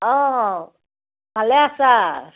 অ' ভালে আছা